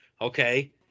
okay